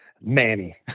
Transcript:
Manny